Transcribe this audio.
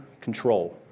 control